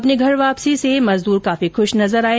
अपने घर वापसी से मजदूर काफी खुश नजर आये